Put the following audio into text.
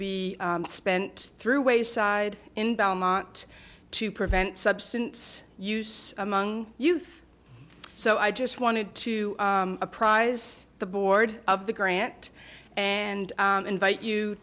be spent through a side in belmont to prevent substance use among youth so i just wanted to apprise the board of the grant and invite you